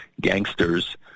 gangsters